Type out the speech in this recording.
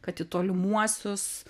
kad į tolimuosius